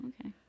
okay